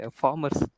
farmers